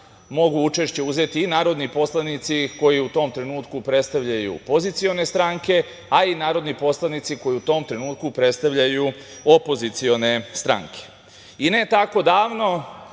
mogu učešće uzeti i narodni poslanici koji u tom trenutku predstavljaju pozicione stranke, a i narodni poslanici koji u tom trenutku predstavljaju opozicione stranke. Ne tako davno